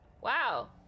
Wow